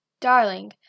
Darling